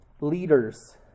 Leaders